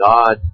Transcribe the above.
God